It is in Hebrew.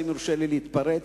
אם יורשה לי להתפרץ,